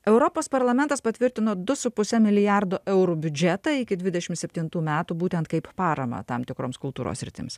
europos parlamentas patvirtino du su puse milijardo eurų biudžetą iki dvidešim septintų metų būtent kaip paramą tam tikroms kultūros sritims